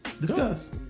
Discuss